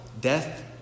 death